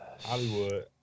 Hollywood